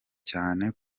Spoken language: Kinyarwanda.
cyane